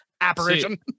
apparition